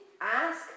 ask